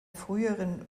früheren